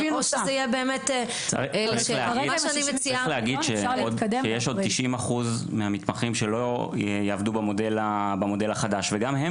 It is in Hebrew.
צריך לומר שיש עוד 90 אחוזים מהמתמחים שלא יעבדו במודל החדש וגם הם